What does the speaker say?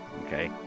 Okay